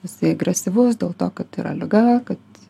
jisai agresyvus dėl to kad yra liga kad